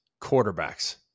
quarterbacks